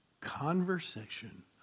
conversation